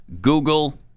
google